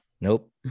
nope